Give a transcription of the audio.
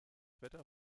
wetter